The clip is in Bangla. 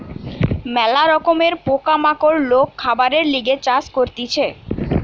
ম্যালা রকমের পোকা মাকড় লোক খাবারের লিগে চাষ করতিছে